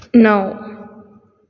णव